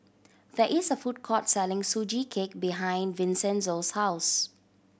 there is a food court selling Sugee Cake behind Vincenzo's house